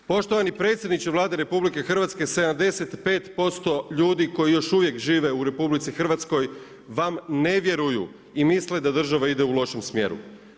Poštovani predsjedniče Vlade RH, 75% ljudi koji još uvijek žive u RH vam ne vjeruju i misle da država ide u lošem smjeru.